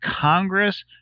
Congress